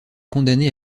condamné